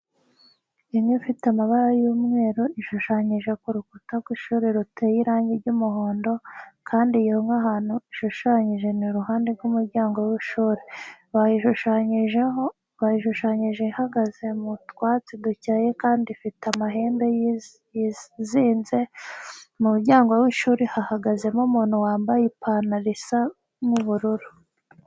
Inka ifite amabara y'umweru ishushanyije ku rukuta rw'ishuri ruteye irangi ry'umuhondo kandi iyo nka ahantu ishushanyije ni iruhande rw'umuryango w'ishuri. Bayishushanyije ihagaze mu twatsi dukeya kandi ifite amahembe yizinze. Mu muryango w'ishuri hahagazemo umuntu wambaye ipantaro isa nk'ubururu.